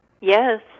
yes